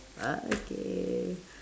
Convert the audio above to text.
uh okay